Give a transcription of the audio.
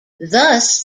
thus